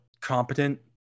competent